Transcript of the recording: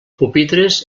pupitres